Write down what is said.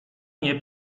nie